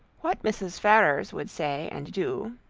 what mrs. ferrars would say and do,